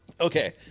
Okay